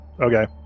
Okay